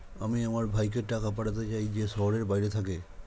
আমি আমার ভাইকে টাকা পাঠাতে চাই যে শহরের বাইরে থাকে